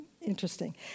interesting